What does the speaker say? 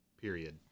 period